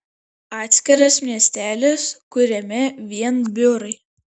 atskiras miestelis kuriame vien biurai